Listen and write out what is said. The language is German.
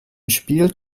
spiel